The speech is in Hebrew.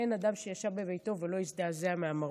אין אדם שישב בביתו ולא הזדעזע מהמראות.